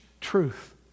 truth